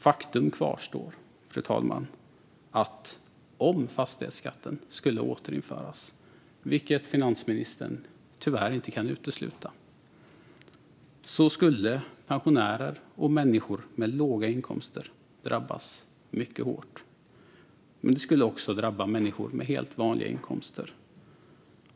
Faktum kvarstår, fru talman, att om fastighetsskatten skulle återinföras, vilket finansministern tyvärr inte kan utesluta, skulle pensionärer och människor med låga inkomster drabbas mycket hårt. Men det skulle också drabba människor med helt vanliga inkomster.